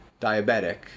diabetic